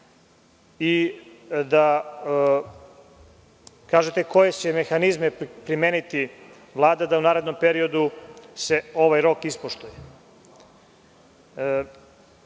i da kažete koje će mehanizme primeniti Vlada u narednom periodu da se ovaj rok ispoštuje. Obzirom